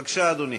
בבקשה, אדוני.